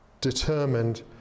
determined